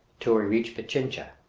till we reach pichincha,